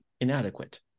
inadequate